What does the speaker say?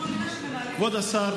והלוחמים